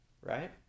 right